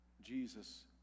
Jesus